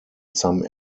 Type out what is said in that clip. some